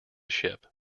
ship